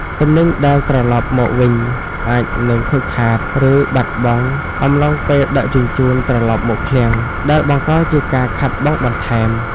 ទំនិញដែលត្រឡប់មកវិញអាចនឹងខូចខាត ឬបាត់បង់អំឡុងពេលដឹកជញ្ជូនត្រឡប់មកឃ្លាំង ដែលបង្កជាការខាតបង់បន្ថែម។